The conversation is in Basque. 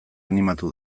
animatu